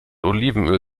olivenöl